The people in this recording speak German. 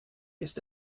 ist